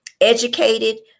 educated